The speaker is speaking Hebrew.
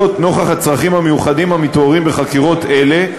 נוכח הצרכים המיוחדים המתעוררים בחקירות אלה,